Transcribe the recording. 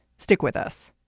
stick with us